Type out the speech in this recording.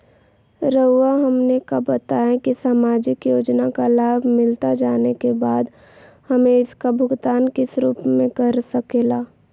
रहुआ हमने का बताएं की समाजिक योजना का लाभ मिलता जाने के बाद हमें इसका भुगतान किस रूप में कर सके ला?